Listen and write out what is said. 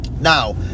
Now